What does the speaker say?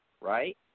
right